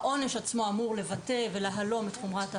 העונש עצמו אמור לבטא ולהלום את חומרת העבירה.